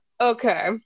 Okay